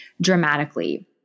dramatically